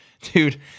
Dude